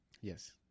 Yes